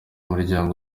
muryango